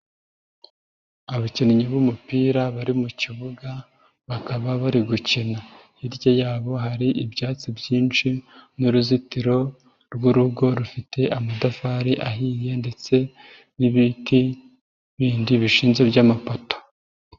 Abakinnyi b'umupira bari mu kibuga bakaba bari gukina. Hirya yabo hari ibyatsi byinshi n'uruzitiro rw'urugo rufite amatafari ahiye ndetse n'ibiti bindi bishinze by'amapoto.